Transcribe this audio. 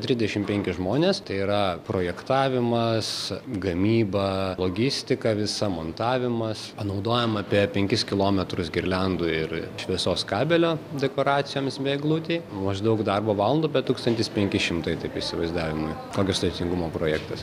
trisdešimt penki žmonės tai yra projektavimas gamyba logistika visa montavimas panaudojom apie penkis kilometrus girliandų ir šviesos kabelio dekoracijoms bei eglutei maždaug darbo valandų bet tūkstantis penki šimtai taip įsivaizdavimui kokios teisingumo projektas